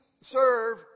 serve